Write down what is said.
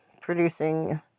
producing